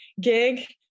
gig